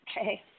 Okay